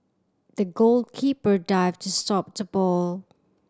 the goalkeeper dived to stop the ball